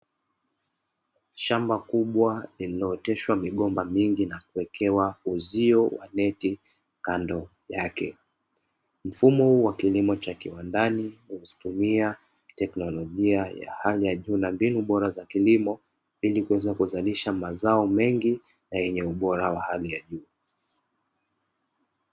Shamba kubwa lililooteshwa migomba mingi na kuwekewa uzio wa neti kando yake. Mfumo huu wa kilimo cha kiwandani unatumia teknolojia ya hali ya juu na mbinu bora za kilimo, ili kuweza kuzalisha mazao mengi na yenye ubora wa hali ya juu.